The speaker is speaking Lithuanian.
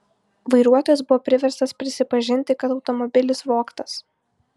vairuotojas buvo priverstas prisipažinti kad automobilis vogtas